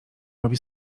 robi